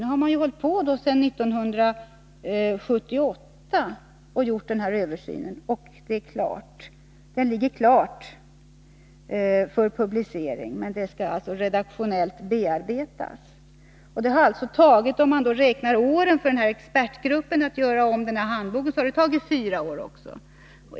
Det har ju pågått en översyn sedan 1978, och dess resultat ligger klart för publicering, även om det skall bearbetas redaktionellt. Expertgruppen har alltså tagit fyra år på sig för att redigera handboken.